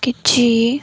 କିଛି